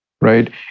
right